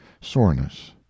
soreness